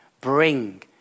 bring